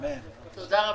תודה.